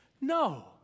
No